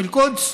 פי אל-קודס,